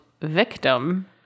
victim